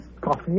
coffee